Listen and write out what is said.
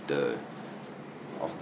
the of the